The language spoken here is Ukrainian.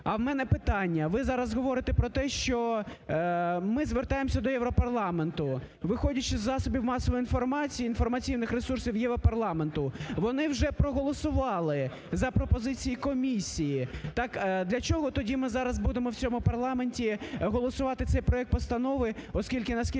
А в мене питання, ви зараз говорите про те, що ми звертаємося до Європарламенту, виходячи із засобів масової інформації, інформаційних ресурсів Європарламенту, вони вже проголосували за пропозиції комісії. Так для чого тоді ми зараз будемо в цьому парламенті голосувати цей проект постанови, оскільки, наскільки